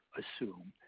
assume